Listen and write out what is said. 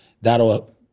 that'll